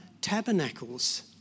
Tabernacles